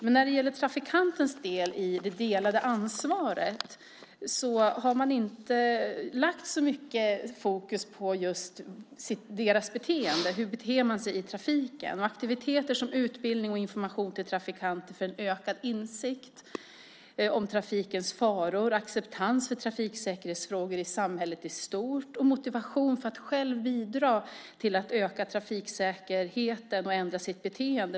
Men man har inte lagt så mycket fokus på just trafikanternas beteende när det gäller deras del i det delade ansvaret. Hur beter man sig i trafiken? Det handlar om aktiviteter som utbildning för och information till trafikanter för att de ska få en ökad insikt om trafikens faror. Det handlar om en acceptans för trafiksäkerhetsfrågor i samhället i stort och om motivation för att man själv ska bidra till att öka trafiksäkerheten och ändra sitt beteende.